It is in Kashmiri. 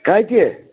کَتہِ